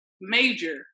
major